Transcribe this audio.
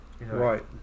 Right